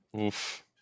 Oof